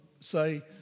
say